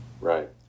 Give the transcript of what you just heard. Right